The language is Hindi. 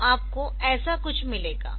तो आपको ऐसा कुछ मिलेगा